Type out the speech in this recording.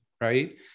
right